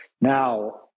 Now